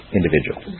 individual